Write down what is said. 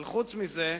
אבל חוץ מזה,